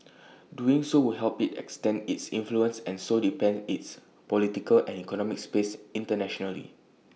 doing so would help IT extend its influence and so depend its political and economic space internationally